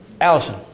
Allison